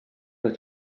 les